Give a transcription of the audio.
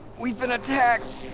we've been attacked!